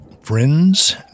friends